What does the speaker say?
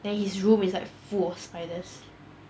then his room is like full of spiders